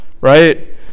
right